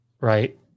right